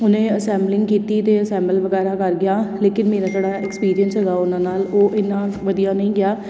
ਉਹਨੇ ਅਸੈਂਬਲਿੰਗ ਕੀਤੀ ਅਤੇ ਅਸੈਂਬਲ ਵਗੈਰਾ ਕਰ ਗਿਆ ਲੇਕਿਨ ਮੇਰਾ ਜਿਹੜਾ ਐਕਸਪੀਰੀਅਸ ਹੈਗਾ ਉਹਨਾਂ ਨਾਲ ਉਹ ਐਨਾ ਵਧੀਆ ਨਹੀਂ ਗਿਆ